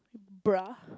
bruh